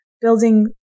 building